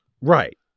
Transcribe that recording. Right